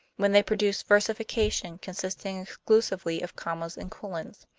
when they produced versification consisting exclusively of commas and colons.